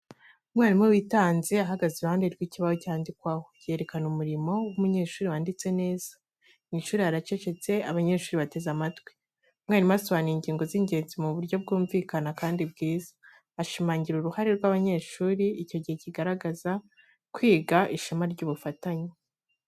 Umwarimu witanze ahagaze iruhande rw’ikibaho cyandikwaho, yerekana umurimo w’umunyeshuri wanditse neza. Mu ishuri haracecetse, abanyeshuri bateze amatwi. Umwarimu asobanura ingingo z’ingenzi mu buryo bwumvikana kandi bwiza, ashimangira uruhare rw’abanyeshuri. Icyo gihe kigaragaza kwiga, ishema n’ubufatanye.